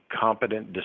competent